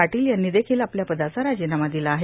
पार्टोल यांनी देर्खिल आपल्या पदाचा राजीनामा र्दिला आहे